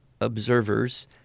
observers